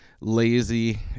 lazy